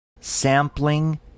sampling